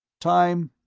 time,